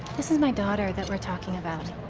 this is my daughter that we're talking about,